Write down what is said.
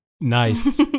Nice